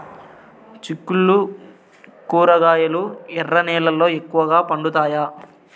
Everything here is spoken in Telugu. చిక్కుళ్లు కూరగాయలు ఎర్ర నేలల్లో ఎక్కువగా పండుతాయా